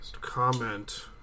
comment